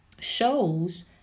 shows